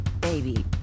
baby